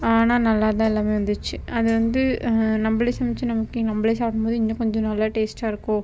ஆனால் நல்லாதான் எல்லாம் வந்துச்சு அதுவந்து நம்மளே சமைச்சு நமக்கு நம்மளே சாப்பிடும் போது இன்னும் கொஞ்சம் நல்லா டேஸ்ட்டாயிருக்கும்